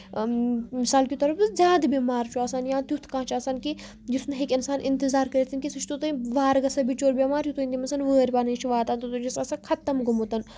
مِثال کے طور پر زیادٕ بیمار چھُ آسان یا تیُتھ کانٛہہ چھُ آسان کہِ یُس نہٕ ہیٚکہِ اِنسان اِنتظار کٔرِتھ کیٚنٛہہ سُہ چھُ توٚتانۍ وارٕ گژھان بِچور بیٚمار یوٚتانۍ تٔمِس وٲرۍ پَنٕنۍ چھےٚ واتان توٚتانۍ چھُ سُہ آسان خَتٕم گوٚمُت